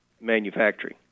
manufacturing